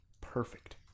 perfect